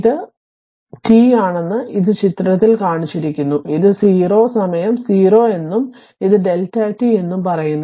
ഇത് ഇത് t ആണെന്ന് ഇത് ചിത്രത്തിൽ കാണിച്ചിരിക്കുന്നു ഇത് 0 സമയം 0 എന്നും ഇത് Δt എന്നും പറയുന്നു